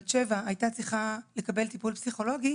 שהיא הייתה בת שבע והייתה צריכה לקבל טיפול פסיכולוגי,